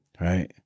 right